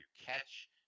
catch